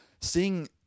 seeing